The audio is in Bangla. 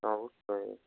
অবশ্যই